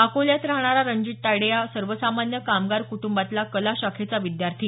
अकोल्यात राहणारा रणजीत तायडे हा सर्वसामान्य कामगार कुटुंबातला कला शाखेचा विद्यार्थी